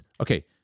okay